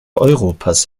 europas